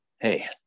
Hey